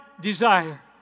desire